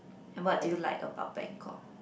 what do you like about Bangkok